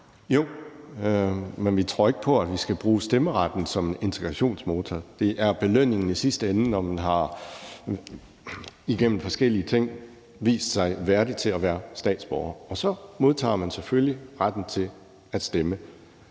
Jo, men vi tror ikke på, at vi skal bruge stemmeretten som en integrationsmotor. Det er belønningen i sidste ende, når man igennem forskellige ting har vist sig værdig til at være statsborger, og så modtager man selvfølgelig retten til at stemme.